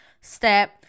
step